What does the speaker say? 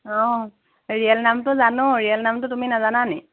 অঁ ৰিয়েল নামটো জানো ৰিয়েল নামটো তুমি নাজানা নি